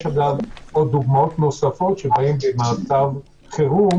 יש עוד דוגמאות נוספות שבהן במצב חירום